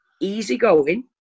easygoing